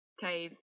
cave